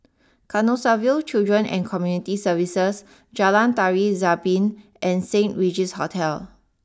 Canossaville Children and Community Services Jalan Tari Zapin and Saint Regis Hotel